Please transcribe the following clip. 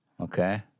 okay